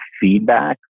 feedback